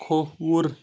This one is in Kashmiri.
کھووُر